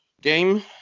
game